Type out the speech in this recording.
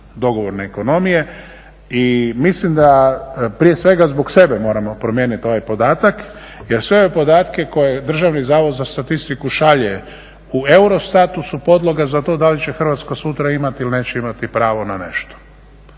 dogovorne ekonomije. I mislim da prije svega zbog sebe moramo promijeniti ovaj podatak jer sve ove podatke koje DZS šalje u EUROSTAT-u su podloga za to da li će Hrvatska sutra imati ili neće imati pravo na nešto.